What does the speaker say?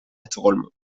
estocolmo